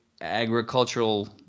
agricultural